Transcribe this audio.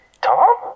Tom